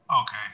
Okay